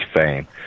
fame